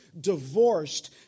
divorced